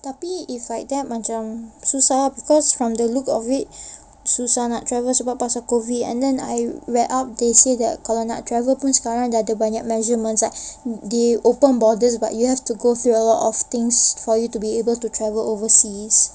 tapi if like that macam susah because from the look of it susah nak travel sebab pasal COVID and then I read up they said that kalau nak travel pun sekarang dah ada banyak measurements like they open borders but you have to go through a lot of things for you to be able to travel overseas